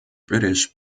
british